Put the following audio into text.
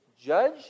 judge